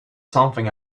something